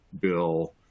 bill